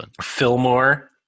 Fillmore